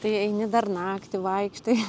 tai eini dar naktį vaikštai